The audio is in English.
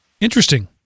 interesting